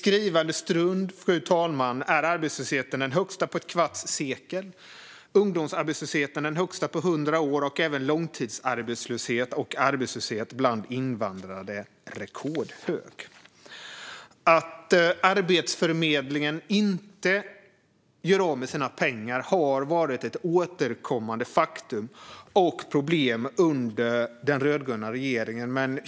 Arbetslösheten är just nu den högsta på ett kvarts sekel, ungdomsarbetslösheten är den högsta på hundra år och även långtidsarbetslösheten och arbetslösheten bland invandrade är rekordhög. Att Arbetsförmedlingen inte gör av med sina pengar har varit ett återkommande faktum och problem under den rödgröna regeringens tid.